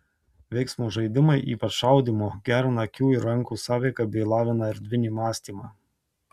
veiksmo žaidimai ypač šaudymo gerina akių ir rankų sąveiką bei lavina erdvinį mąstymą